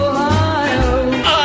Ohio